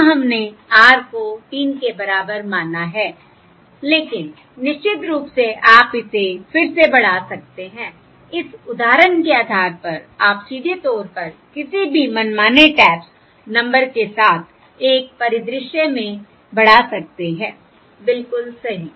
यहां हमने r को 3 के बराबर माना है लेकिन निश्चित रूप से आप इसे फिर से बढ़ा सकते हैं इस उदाहरण के आधार पर आप सीधे तौर पर किसी भी मनमाने टैप्स नंबर के साथ एक परिदृश्य में बढ़ा सकते हैं बिलकुल सही